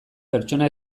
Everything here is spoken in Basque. pertsona